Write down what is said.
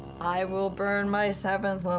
i will burn my seventh